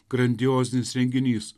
grandiozinis renginys